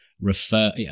refer